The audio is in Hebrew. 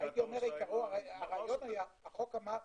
החוק אמר: